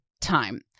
time